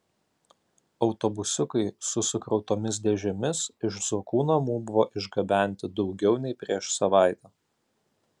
autobusiukai su sukrautomis dėžėmis iš zuokų namų buvo išgabenti daugiau nei prieš savaitę